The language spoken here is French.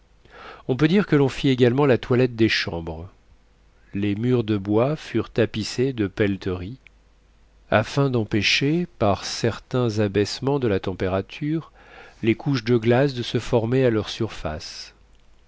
on peut dire que l'on fit également la toilette des chambres les murs de bois furent tapissés de pelleteries afin d'empêcher par certains abaissements de la température les couches de glace de se former à leur surface